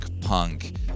punk